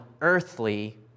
earthly